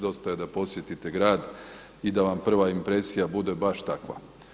Dosta je da posjetite grad i da vam prva impresija bude baš takva.